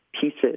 pieces